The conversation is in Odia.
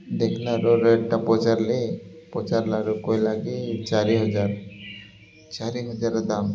ଦେଖିଲାରୁ ରେଟ୍ଟା ପଚାରିଲି ପଚାରିଲାରୁ କହିଲା କିି ଚାରି ହଜାର ଚାରି ହଜାର ଦାମ୍